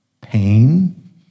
pain